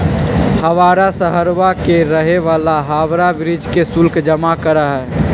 हवाड़ा शहरवा के रहे वाला हावड़ा ब्रिज के शुल्क जमा करा हई